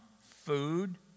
food